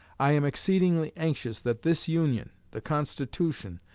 i am exceedingly anxious that this union, the constitution,